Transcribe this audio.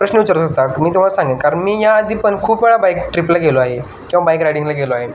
प्रश्न विचारु शकता मी तुम्हाला सांगेन कारण मी या आधी पण खूप वेळा बाईक ट्रीपला गेलो आहे किंवा बाईक रायडिंगला गेलो आहे